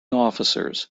officers